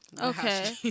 Okay